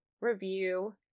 review